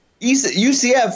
UCF